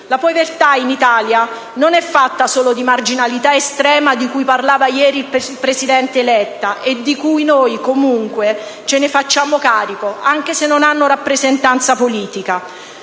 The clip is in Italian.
La povertà in Italia non è fatta solo di marginalità estrema, di cui parlava ieri il presidente Letta e di cui noi comunque ce ne facciamo carico, anche se non ha rappresentanza politica: